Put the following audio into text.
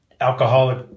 alcoholic